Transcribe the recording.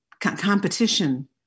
competition